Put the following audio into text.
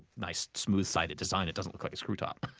nice, smooth-sided design. it doesn't look like a screw top